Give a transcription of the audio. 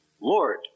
Lord